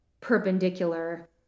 perpendicular